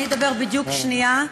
אני אדבר בדיוק שנייה.